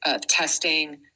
testing